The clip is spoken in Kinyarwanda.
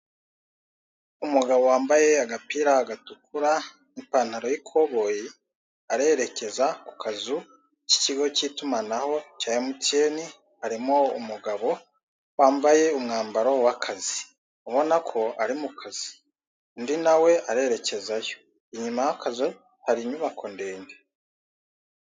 umugabo wambaye agapira gatukura n'ipantaro y'ikoboyi, arerekeza ku kazu k'ikigo cy'itumanaho cya Emutiyeni, harimo umugabo wambaye umwambaro w'akazi, ubona ko ari mu kazi, undi na we arerekezayo. Inyuma y'akazu hari inyubako ndende.